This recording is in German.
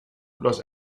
los